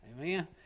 Amen